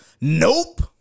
Nope